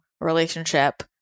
relationship